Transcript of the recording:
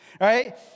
right